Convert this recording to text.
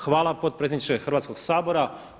Hvala potpredsjedniče Hrvatskog sabora.